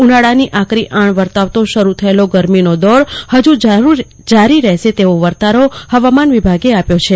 ઉનાળાની આકરી આણ વર્તાવતો શરૂ થયેલો ગરમીનો દોર ફજી જરી રહેશે તેવો વર્તારો હવામાન વિભાગે આપ્યો છે